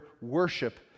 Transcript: worship